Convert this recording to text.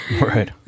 Right